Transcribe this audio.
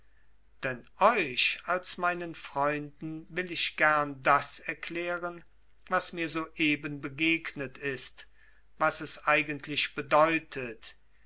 denn euch als meinen freunden will ich gern das erklären was mir soeben begegnet ist was es eigentlich bedeutet